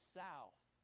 south